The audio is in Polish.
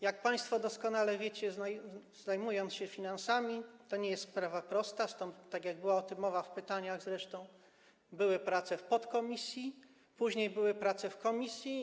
Jak państwo doskonale wiecie, ci, zajmujący się finansami, to nie jest sprawa prosta, stąd - tak jak była o tym mowa przy pytaniach zresztą - były prace w podkomisji, później były prace w komisji.